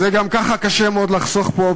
גם ככה קשה מאוד לחסוך פה,